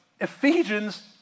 Ephesians